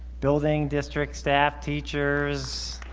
building, district staff, teachers.